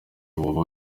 woba